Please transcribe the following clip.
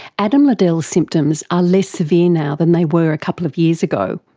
adam ladell's symptoms are less severe now than they were a couple of years ago.